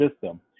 system